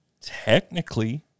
technically